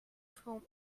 from